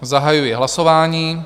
Zahajuji hlasování.